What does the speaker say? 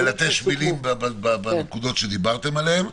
-- מילים בנקודות שדיברתם עליהם.